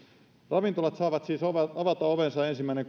ravintolat saavat siis avata ovensa ensimmäinen